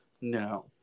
No